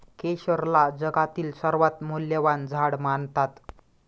केशरला जगातील सर्वात मौल्यवान झाड मानतात